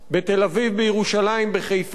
בתל-אביב, בירושלים, בחיפה,